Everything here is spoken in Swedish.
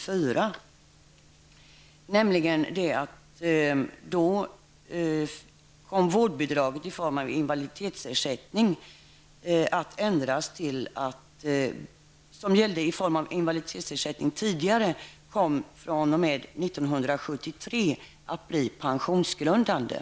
Vårdbidraget, som tidigare utgick i form av invaliditetsersättning, ändrades nämligen så att det fr.o.m. 1973 kom att bli pensionsgrundande.